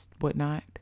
whatnot